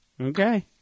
Okay